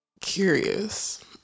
curious